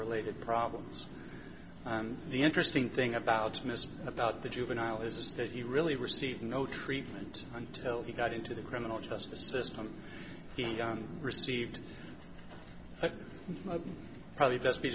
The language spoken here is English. related problems and the interesting thing about mr about the juvenile is that he really received no treatment until he got into the criminal justice system he received probably best be